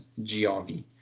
GRV